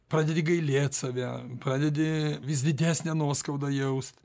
pradedi gailėt save pradedi vis didesnę nuoskaudą jaust